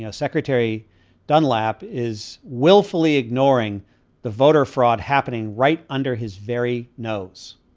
ah secretary dunlap is willfully ignoring the voter fraud happening right under his very nose.